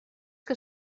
que